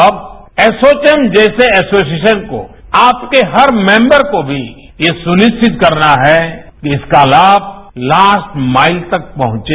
अब एसोचौम जैसी एसोसिएशन को आपके हर मैबर को भी ये सुनिश्चित करना है कि इसका लाम रेंज डपसम तक पहुंचे